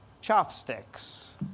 chopsticks